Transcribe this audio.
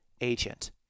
agent